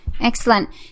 Excellent